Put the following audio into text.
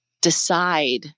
decide